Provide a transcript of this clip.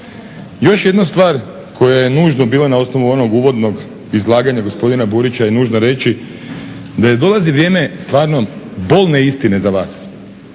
Još jedna stvar koja je nužna bila na osnovu onog uvodnog izlaganja gospodina Burića i nužno je reći da dolazi vrijeme stvarno bolne istine za vas.